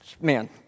man